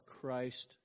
Christ